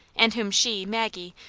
and whom she, maggie,